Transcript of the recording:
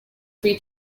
three